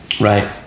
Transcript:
Right